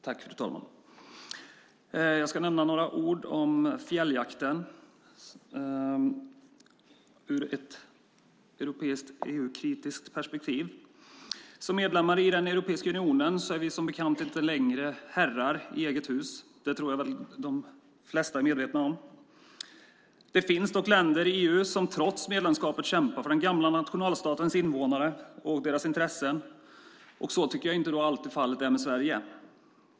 Fru talman! Jag ska nämna några ord som fjälljakten ur ett europeiskt och EU-kritiskt perspektiv. Som medlemmar i Europeiska unionen är vi som bekant inte längre herrar i eget hus. Det tror jag att de flesta är medvetna om. Det finns dock medlemsländer i EU som trots medlemskapet kämpar för den gamla nationalstatens invånare och deras intressen. Så tycker jag inte alltid fallet är med Sverige.